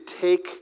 take